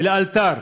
ולאלתר.